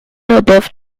above